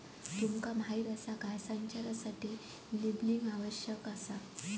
तुमका माहीत आसा काय?, संचारासाठी लेबलिंग आवश्यक आसा